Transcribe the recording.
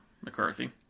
McCarthy